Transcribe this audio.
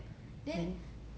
then